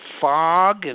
fog